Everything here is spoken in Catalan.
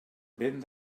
vent